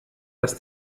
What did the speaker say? dass